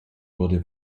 wurde